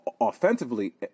offensively